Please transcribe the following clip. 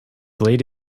late